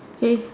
okay